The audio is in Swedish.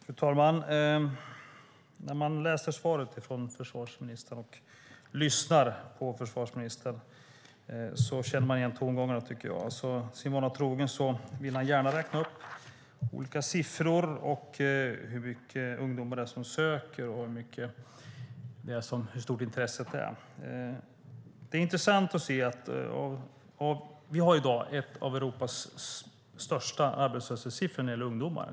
Fru talman! När man läser svaret från försvarsministern och lyssnar på honom känner man igen tongångarna, tycker jag. Sin vana trogen vill ministern gärna räkna upp olika siffror om hur många ungdomar som söker och hur stort intresset är. Vi har i dag en av Europas högsta arbetslöshetssiffror när det gäller ungdomar.